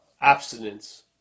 abstinence